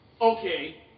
Okay